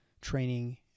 training